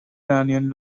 iranian